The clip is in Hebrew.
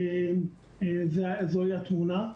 וזוהי התמונה.